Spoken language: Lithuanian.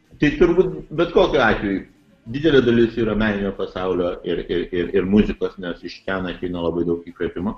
tai turbūt bet kokiu atveju didelė dalis yra meninio pasaulio ir ir ir muzikos nes iš ten ateina labai daug įkvėpimo